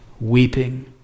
weeping